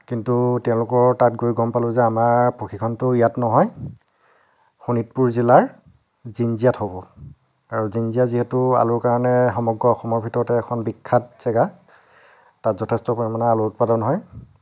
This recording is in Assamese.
কিন্তু তেওঁলোকৰ তাত গৈ গম পালোঁ যে আমাৰ প্ৰশিক্ষণটো ইয়াত নহয় শোণিতপুৰ জিলাৰ জিঞ্জিয়াত হ'ব আৰু জিঞ্জিয়া যিহেতু আলুৰ কাৰণে সমগ্ৰ অসমৰ ভিতৰতে এখন বিখ্যাত জেগা তাত যথেষ্ট পৰিমাণে আলুৰ উৎপাদন হয়